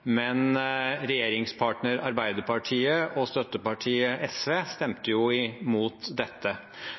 Men regjeringspartner Arbeiderpartiet og støttepartiet SV stemte jo imot dette,